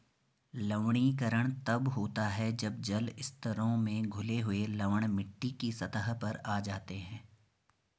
लवणीकरण तब होता है जब जल स्तरों में घुले हुए लवण मिट्टी की सतह पर आ जाते है